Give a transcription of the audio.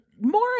more